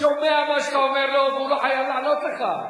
הוא שומע מה שאתה אומר לו והוא לא חייב לענות לך.